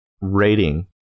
rating